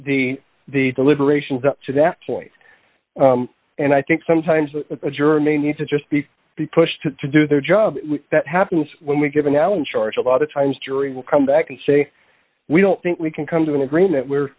the the deliberations up to that point and i think sometimes a juror may need to just be pushed to do their job that happens when we give an allen charge a lot of times jury will come back and say we don't think we can come to an agreement where